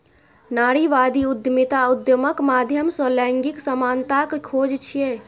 नारीवादी उद्यमिता उद्यमक माध्यम सं लैंगिक समानताक खोज छियै